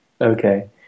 Okay